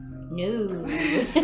No